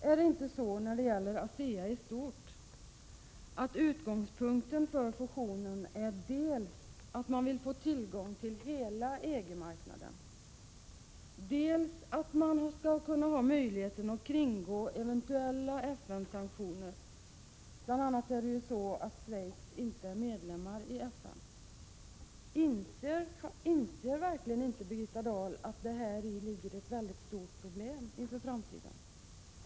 Är det inte så att utgångspunkten för ASEA i stort när det gäller fusionen dels är att man vill få tillgång till hela EG-marknaden, dels är att man skall ha möjligheter att kringgå eventuella FN-sanktioner? Schweiz är ju inte medlem i FN. Inser verkligen inte Birgitta Dahl att detta är ett mycket stort problem inför framtiden?